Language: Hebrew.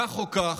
כך או כך,